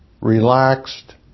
relaxed